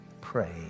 pray